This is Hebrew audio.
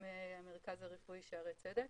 מהמרכז הרפואי שערי צדק.